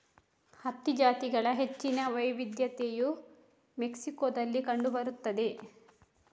ಹತ್ತಿ ಜಾತಿಗಳ ಹೆಚ್ಚಿನ ವೈವಿಧ್ಯತೆಯು ಮೆಕ್ಸಿಕೋದಲ್ಲಿ ಕಂಡು ಬರುತ್ತದೆ